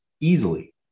easily